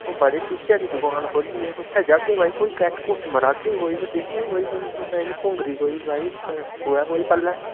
ओह् बड़ी शीशे आह्ली दुकान खोह्ली उस उत्थै जाह्गे भाई कोई केट कूट मरागे कोई ते दिक्खगे कोई ते कुंगरी कोई भाई पोऐ कोई पल्लै